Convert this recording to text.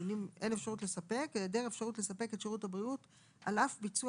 "אין אפשרות לספק" העדר אפשרות לספק את שירות הבריאות על אף ביצוע